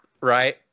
right